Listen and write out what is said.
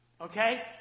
Okay